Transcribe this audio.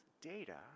data